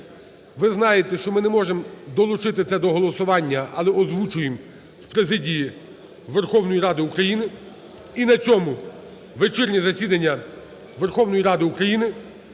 Ви знаєте, що ми не можемо долучити це до голосування, але озвучуємо з президії Верховної Ради України. І на цьому вечірнє засідання Верховної Ради України